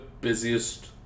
busiest